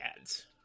ads